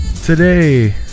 Today